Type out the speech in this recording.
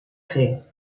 fer